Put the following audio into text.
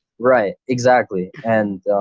right, exactly. and